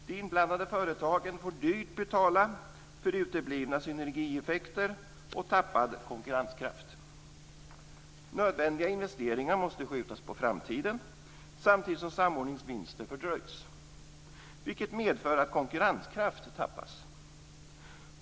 De inblandade företagen får dyrt betala för uteblivna synergieffekter och tappad konkurrenskraft. Nödvändiga investeringar måste skjutas på framtiden samtidigt som samordningsvinster fördröjs, vilket medför att konkurrenskraft tappas.